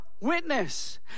witness